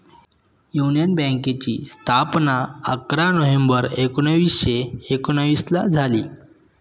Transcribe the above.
union बँकेची स्थापना अकरा नोव्हेंबर एकोणीसशे एकोनिसला झाली